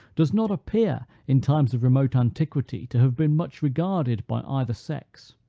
does not appear in times of remote antiquity to have been much regarded by either sex.